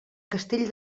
castell